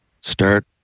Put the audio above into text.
start